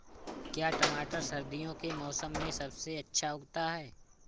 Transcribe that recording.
क्या टमाटर सर्दियों के मौसम में सबसे अच्छा उगता है?